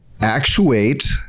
actuate